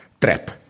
trap